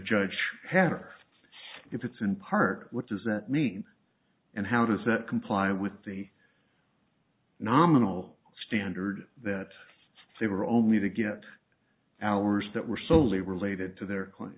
judge hammer if it's in part what does that mean and how does that comply with the nominal standard that they were only to get hours that were solely related to their client